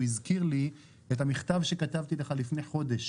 הוא הזכיר לי את המכתב שכתבתי לך לפני חודש